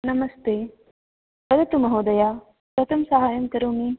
नमस्ते वदतु महोदय कथं सहायं करोमि